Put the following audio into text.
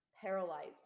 paralyzed